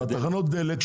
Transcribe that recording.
בתחנות הדלק,